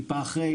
טיפה אחרי,